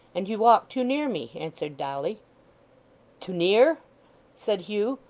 and you walk too near me, answered dolly too near said hugh,